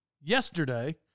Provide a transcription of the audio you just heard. yesterday